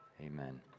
Amen